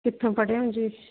ਕਿੱਥੋਂ ਪੜੇ ਓ ਜੀ